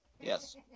yes